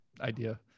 idea